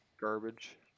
garbage